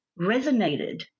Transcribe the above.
resonated